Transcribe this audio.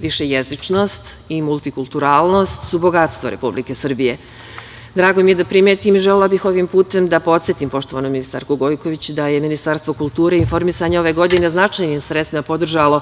Višejezičnost i multikulturalnost su bogatstvo Republike Srbije. Drago mi je da primetim i želela bih ovim putem da podsetim poštovanu ministarku Gojković, da je Ministarstvo kulture i informisanja ove godine značajnim sredstvima podržalo